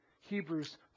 Hebrews